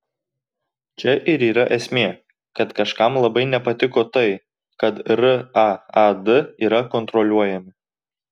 čia ir yra esmė kad kažkam labai nepatiko tai kad raad yra kontroliuojami